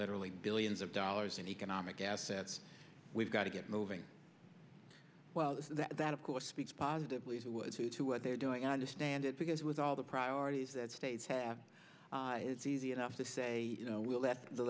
literally billions of dollars in economic assets we've got to get moving well that of course speaks positively to what they're doing understand it because with all the priorities that states have it's easy enough to say you know we'll let the